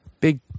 big